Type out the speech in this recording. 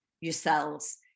yourselves